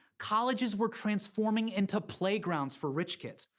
colleges were transforming into playgrounds for rich kids.